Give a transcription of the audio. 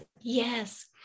yes